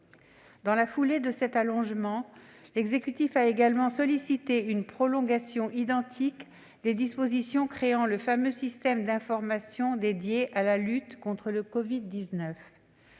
Dans la foulée de cet allongement, l'exécutif a également sollicité une prolongation identique des dispositions créant le fameux système d'information dédié à la lutte contre le covid-19.